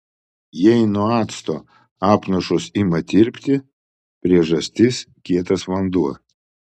jei nuo acto apnašos ima tirpti priežastis kietas vanduo